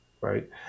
right